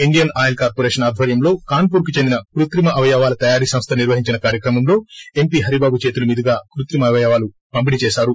Indian oil corporation ఆధ్వర్యంలో కాన్సూర్ కు చెందిన కృత్రిమ అవయవాల తయారీ సంస్ద నిర్వహించిన కార్యక్రమంలో ఎంపీ హరిబాబు చేతుల మీదుగా కృత్రిమ అవయవాలు పంపిణీ చేశారు